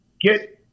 get